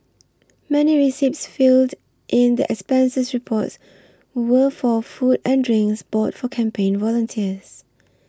many receipts filed in the expenses reports were for food and drinks bought for campaign volunteers